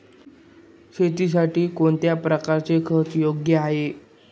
शेतीसाठी कोणत्या प्रकारचे खत योग्य आहे?